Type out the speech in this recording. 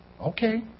okay